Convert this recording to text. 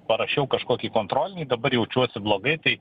parašiau kažkokį kontrolinį dabar jaučiuosi blogai tai